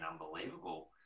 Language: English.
unbelievable